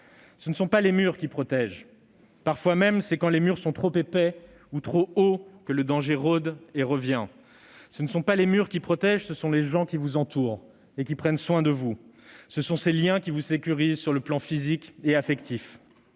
Ce ne sont pas les murs qui protègent : parfois même, c'est quand les murs sont trop épais ou trop hauts que le danger rôde et revient. Ce sont non pas les murs qui vous protègent, mais les gens qui vous entourent et qui prennent soin de vous, les liens qui vous sécurisent sur le plan physique et affectif.